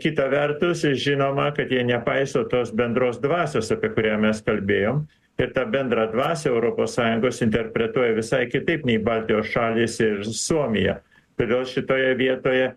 kitą vertus žinoma kad jie nepaiso tos bendros dvasios apie kurią mes kalbėjom ir tą bendrą dvasią europos sąjungos interpretuoja visai kitaip nei baltijos šalys ir suomija tai gal šitoje vietoje